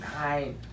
nine